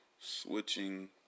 switching